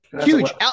huge